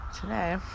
Today